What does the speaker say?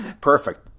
Perfect